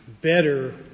better